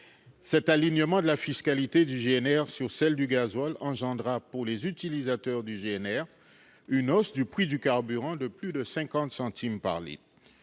Cet alignement de la fiscalité du GNR sur celle du gazole engendrera pour les utilisateurs du GNR une hausse du prix du carburant de plus de 50 centimes par litre.